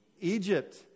Egypt